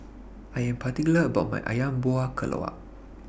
I Am particular about My Ayam Buah Keluak